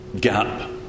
gap